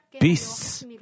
beasts